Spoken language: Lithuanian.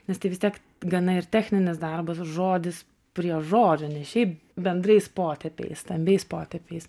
nes tai vis tiek gana ir techninis darbas žodis prie žodžio ne šiaip bendrais potėpiais stambiais potėpiais